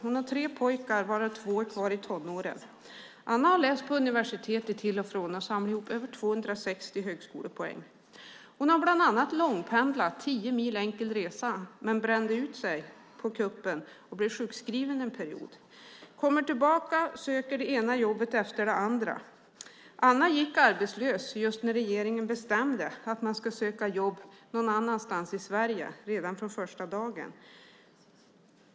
Hon har tre pojkar, varav två är kvar i tonåren. Anna har läst på universitetet till och från och samlat ihop över 260 högskolepoäng. Hon har bland annat långpendlat tio mil, enkel resa. Men hon brände ut sig på kuppen och blev sjukskriven en period. Hon kom tillbaka och sökte det ena jobbet efter det andra. Anna gick arbetslös just när regeringen bestämde att man skulle söka jobb någon annanstans i Sverige redan från första dagen.